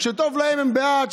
כשטוב להם הם בעד,